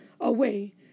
away